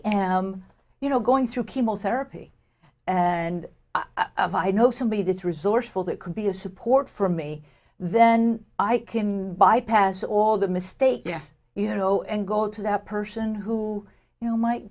am you know going through chemotherapy and i know somebody that resourceful that could be a support for me then i can bypass all the mistakes you know and go to that person who you know might